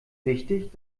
wichtig